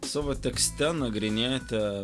savo tekste nagrinėjate